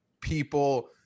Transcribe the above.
people